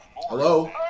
Hello